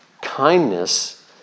Kindness